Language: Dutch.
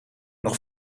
nog